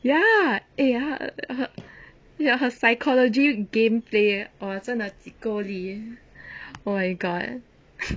ya eh ya ya ya her psychology game play !wah! 真的几够力 leh oh my god